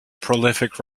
prolific